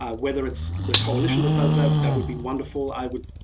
ah whether it's the coalition that does that, that would be wonderful. i would